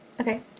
Okay